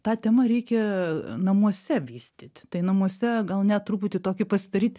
tą temą reikia namuose vystyt tai namuose gal net truputį tokį pasidaryt